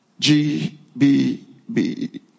GBB